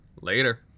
Later